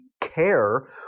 care